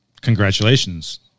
congratulations